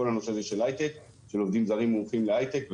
כל הנושא הזה של היי-טק ועובדים זרים שהולכים להיי-טק.